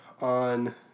on